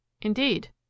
Indeed